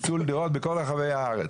פיצול דירות בכל רחבי הארץ.